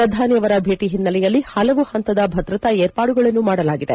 ಪ್ರಧಾನಿ ಅವರ ಭೇಟಿ ಹಿನ್ನೆಲೆಯಲ್ಲಿ ಪಲವು ಪಂತದ ಭದ್ರತಾ ವಿರ್ಪಾಡುಗಳನ್ನು ಮಾಡಲಾಗಿದೆ